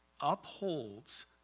upholds